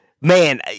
man